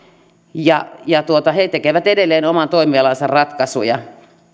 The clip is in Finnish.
ja ja ne tekevät edelleen oman toimialansa ratkaisuja